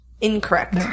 Incorrect